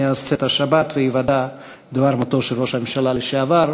מאז צאת השבת והיוודע דבר מותו של ראש הממשלה לשעבר.